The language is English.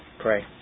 pray